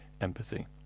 empathy